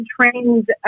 trained